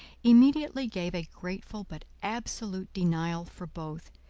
immediately gave a grateful but absolute denial for both,